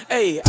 Hey